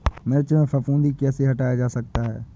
मिर्च में फफूंदी कैसे हटाया जा सकता है?